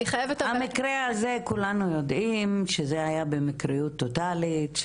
המקרה הזה כולנו יודעים שזה היה במקריות טוטאלית,